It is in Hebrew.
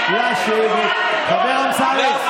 אין יותר טוב מזה,